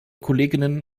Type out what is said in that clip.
kolleginnen